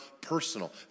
personal